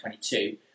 2022